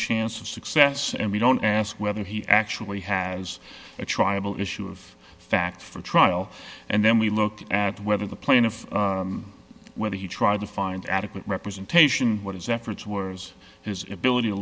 chance of success and we don't ask whether he actually has a triable issue of fact for trial and then we look at whether the plaintiff whether he tried to find adequate representation what his efforts worse his ability to